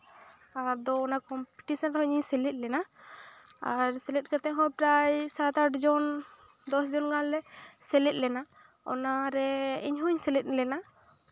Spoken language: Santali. ᱟᱫᱚ ᱚᱱᱟ ᱠᱚᱢᱯᱤᱴᱤᱥᱮᱱ ᱨᱮᱦᱚᱸ ᱤᱧᱤᱧ ᱥᱮᱞᱮᱫ ᱞᱮᱱᱟ ᱟᱨ ᱥᱮᱞᱮᱫ ᱠᱟᱛᱮᱜ ᱦᱚᱸ ᱯᱨᱟᱭ ᱥᱟᱛ ᱟᱴ ᱡᱚᱱ ᱫᱚᱥᱡᱚᱱ ᱜᱟᱱᱞᱮ ᱥᱮᱞᱮᱫ ᱞᱮᱱᱟ ᱚᱱᱟᱨᱮ ᱤᱧ ᱦᱚᱸᱧ ᱥᱮᱞᱮᱫ ᱞᱮᱱᱟ